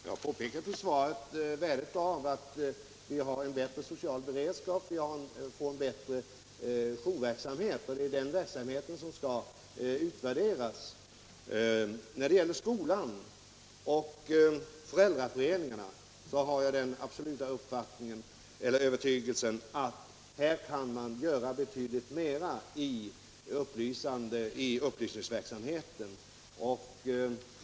Herr talman! Jag har i svaret pekat på värdet av att vi får en bättre social beredskap och en bättre jourverksamhet. Det är den verksamheten som skall utvärderas. När det gäller skolan och föräldraföreningarna har jag den absoluta övertygelsen att dessa kan göra betydligt mera än hittills i fråga om upplysningsverksamheten.